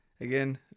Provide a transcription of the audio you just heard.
Again